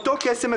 אותו קסם,